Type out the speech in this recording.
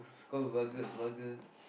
scold vulgar vulgar